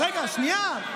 אני חושב, אז רגע, שנייה.